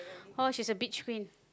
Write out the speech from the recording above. oh she's a beach queen